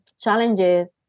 challenges